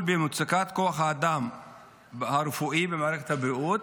במצוקת כוח האדם הרפואי במערכת הבריאות,